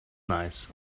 nice